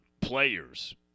players –